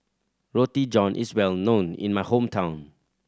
Roti John is well known in my hometown